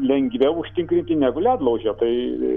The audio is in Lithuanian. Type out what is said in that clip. lengviau užtikrinti negu ledlaužio tai